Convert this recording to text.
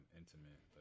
intimate